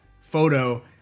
photo